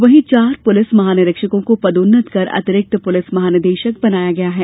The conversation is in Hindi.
वहीं चार पुलिस महानिरीक्षकों को पदोन्नत कर अतिरिक्त पुलिस महानिदेशक बनाया गया है